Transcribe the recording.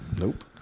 nope